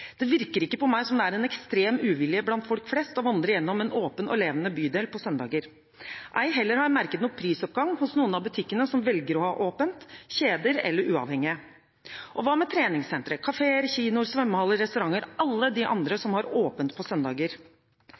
Det virker ikke på meg som at det er en ekstrem uvilje blant folk flest mot å vandre gjennom en åpen og levende bydel på søndager. Ei heller har jeg merket noen prisoppgang hos noen av butikkene som velger å ha åpent, kjeder eller uavhengige. Og hva med treningssentre, kafeer, kinoer, svømmehaller, restauranter – alle de andre som har åpent på søndager?